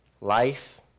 life